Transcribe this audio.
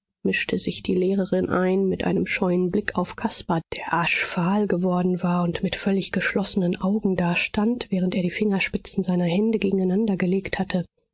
mischte sich die lehrerin ein mit einem scheuen blick auf caspar der aschfahl geworden war und mit völlig geschlossenen augen dastand während er die fingerspitzen seiner hände gegeneinander gelegt hatte